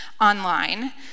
online